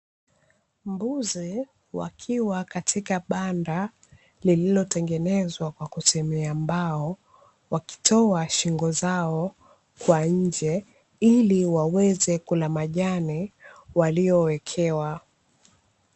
Mbuzi wakiwa katika banda lililotengenezwa kwa kutumia mbao, wakitoa shingo zao kwa nje ili waweze kula majani waliyowekewa.